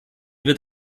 wird